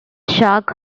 shark